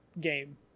game